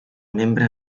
membre